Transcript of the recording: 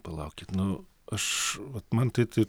palaukit nu aš vat man tai tai